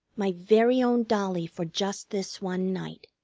my very own dollie, for just this one night,